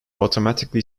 automatically